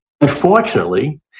Unfortunately